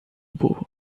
burro